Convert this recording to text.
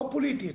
לא פוליטית,